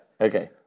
Okay